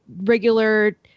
regular